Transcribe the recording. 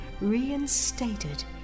reinstated